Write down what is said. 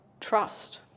trust